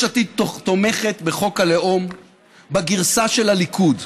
יש עתיד תומכת בחוק הלאום בגרסה של הליכוד,